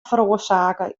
feroarsake